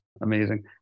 amazing